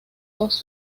dos